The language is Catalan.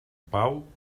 pau